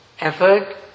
effort